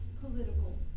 political